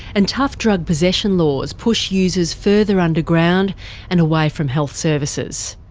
and tough drug possession laws push users further underground and away from health services.